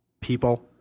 People